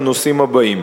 לנושאים הבאים: